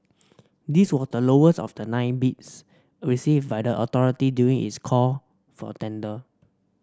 this was the lowest of the nine bids received by the authority during its call for tender